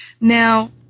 Now